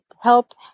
help